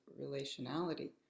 relationality